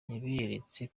yaberetse